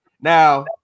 Now